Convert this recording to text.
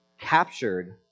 captured